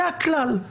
זה הכלל.